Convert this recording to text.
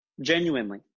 genuinely